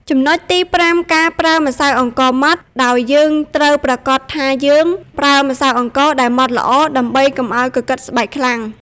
ចំណុចទីប្រាំ ការប្រើម្សៅអង្ករម៉ដ្ឋ ដោយយើងត្រូវប្រាកដថាយើងប្រើម្សៅអង្ករដែលម៉ដ្ឋល្អ ដើម្បីកុំឱ្យកកិតស្បែកខ្លាំង។